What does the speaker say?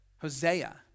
Hosea